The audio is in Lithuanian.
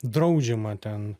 draudžiama ten